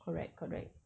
correct correct